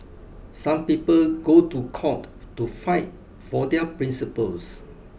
some people go to court to fight for their principles